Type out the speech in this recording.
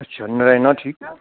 ਅੱਛਾ ਨਰਾਇਣਾ ਠੀਕ ਹੈ